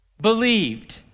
believed